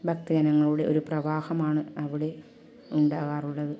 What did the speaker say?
ഭക്ത ജനങ്ങളുടേ ഒരു പ്രവാഹമാണ് അവിടെ ഉണ്ടാകാറുള്ളത്